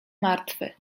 martwy